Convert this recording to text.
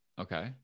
Okay